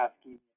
asking